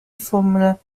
former